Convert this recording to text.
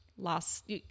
Last